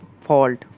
fault